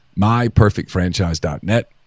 Myperfectfranchise.net